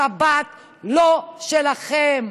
השבת היא לא שלכם.